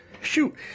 shoot